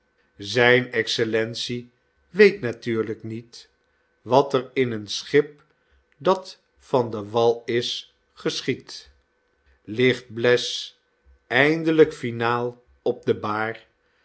zijn excellentie weet natuurlijk niet wat er in een schip dat van den wal is geschiedt ligt bles eindelijk finaal op de baar